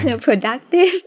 productive